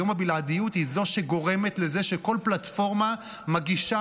היום הבלעדיות היא שגורמת לזה שכל פלטפורמה מגישה